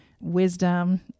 wisdom